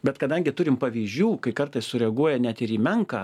bet kadangi turim pavyzdžių kai kartais sureaguoja net ir į menką